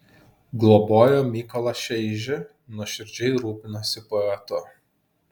globojo mykolą šeižį nuoširdžiai rūpinosi poetu